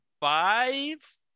five